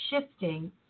shifting